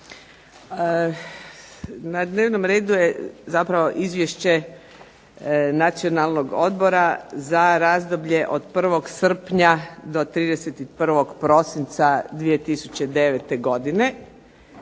se Izvješće o radu Nacionalnog odbora za razdoblje od 01. srpnja do 31. prosinca 2009. godine.